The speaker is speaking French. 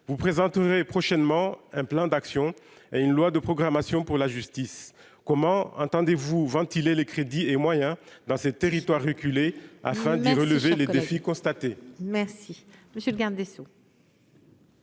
vous présenterez prochainement un plan d'action et une loi de programmation pour la justice, comment un putain des vous ventiler les crédits et moyens dans ces territoires reculés afin d'y relever les défis constaté.